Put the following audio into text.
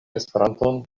esperanton